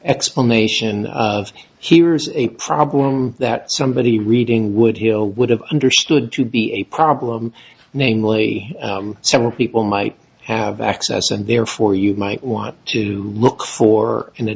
explanation of here is a problem that somebody reading woodhill would have understood to be a problem namely several people might have access and therefore you might want to look for an a